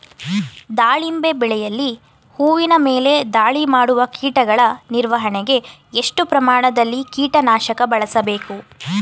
ದಾಳಿಂಬೆ ಬೆಳೆಯಲ್ಲಿ ಹೂವಿನ ಮೇಲೆ ದಾಳಿ ಮಾಡುವ ಕೀಟಗಳ ನಿರ್ವಹಣೆಗೆ, ಎಷ್ಟು ಪ್ರಮಾಣದಲ್ಲಿ ಕೀಟ ನಾಶಕ ಬಳಸಬೇಕು?